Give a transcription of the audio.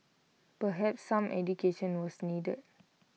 perhaps some education was needed